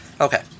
Okay